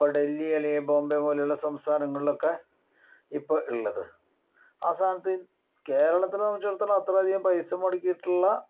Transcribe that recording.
ഡൽഹി അല്ലെങ്കില് ബോംബെ പോലുള്ള സംസ്ഥാനങ്ങളിലൊക്കെ ഇപ്പൊൾ ഉള്ളത് ആസ്ഥാനത്ത് കേരളത്തിനെ സംബന്ധിച്ചിടത്തോളം അത്രയധികം പൈസ മുടക്കിയിട്ടുള്ള